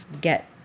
get